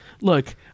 look